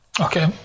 Okay